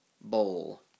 bowl